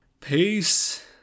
peace